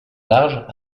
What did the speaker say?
larges